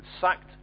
sacked